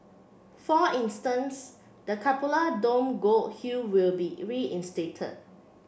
for instance the cupola dome gold hue will be reinstated